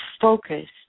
focused